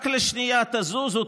רק לשנייה תזוזו,